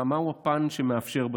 מהו הפן שמאפשר בכלל.